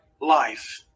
life